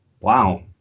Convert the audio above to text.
Wow